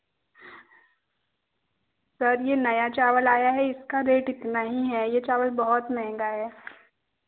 sir यह नया चावल आया है इसका रेट इतना ही है यह चावल यह चावल बहुत महँगा है